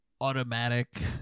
automatic